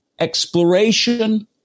exploration